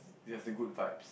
it has the Good Vibes